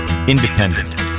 Independent